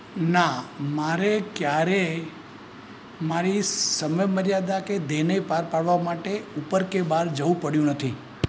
ના મારે ક્યારેય મારી સમય મર્યાદા કે ધ્યેયને પાર પાડવા માટે ઉપર કે બહાર જવું પડ્યું નથી